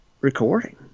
recording